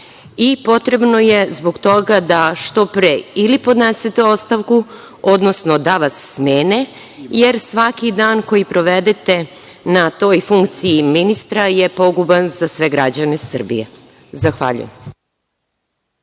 Potrebno je zbog toga da što pre ili podnesete ostavku, odnosno da vas smene, jer svaki dan koji provedete na toj funkciji ministra je poguban za sve građane Srbije. Zahvaljujem.